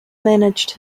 managed